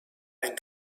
ein